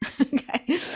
okay